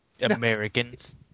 Americans